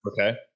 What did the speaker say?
Okay